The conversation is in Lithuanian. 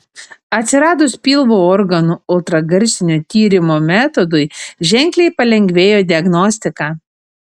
atsiradus pilvo organų ultragarsinio tyrimo metodui ženkliai palengvėjo diagnostika